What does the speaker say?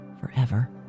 forever